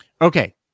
Okay